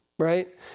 right